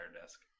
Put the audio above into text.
desk